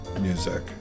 music